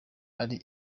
ari